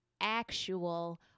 actual